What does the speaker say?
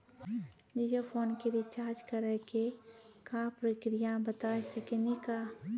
Jio phone के recharge करे के का प्रक्रिया बता साकिनी का?